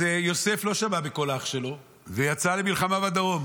אז יוסף לא שמע בקול אח שלו ויצא למלחמה בדרום,